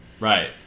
Right